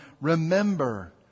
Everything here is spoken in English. Remember